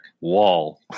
Wall